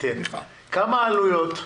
כמה העלויות?